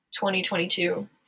2022